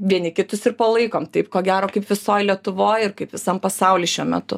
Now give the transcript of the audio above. vieni kitus ir palaikom taip ko gero kaip visoj lietuvoj ir kaip visam pasauly šiuo metu